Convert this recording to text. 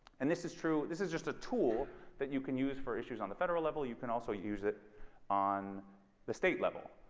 and this is true this is just a tool that you can use for issues on the federal level you can also use that on the state level.